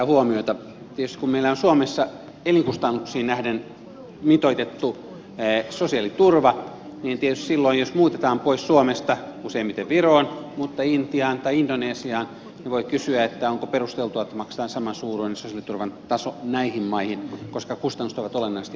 kun meillä on suomessa elinkustannuksiin nähden mitoitettu sosiaaliturva niin tietysti silloin jos muutetaan pois suomesta useimmiten viroon mutta myös intiaan tai indonesiaan voi kysyä onko perusteltua että maksetaan samansuuruinen sosiaaliturvan taso näihin maihin koska kustannukset ovat olennaisesti alhaisempia